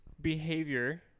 behavior